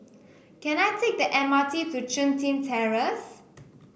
can I take the M R T to Chun Tin Terrace